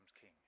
king